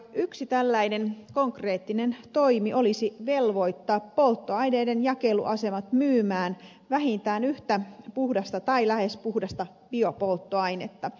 yksi tällainen konkreettinen toimi olisi velvoittaa polttoaineiden jakeluasemat myymään vähintään yhtä puhdasta tai lähes puhdasta biopolttoainetta